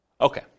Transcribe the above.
Okay